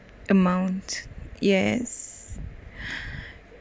amount yes